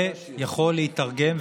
זה יכול להיתרגם,